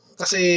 kasi